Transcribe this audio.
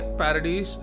parodies